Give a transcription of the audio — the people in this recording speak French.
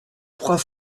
trois